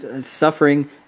suffering